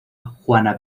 juana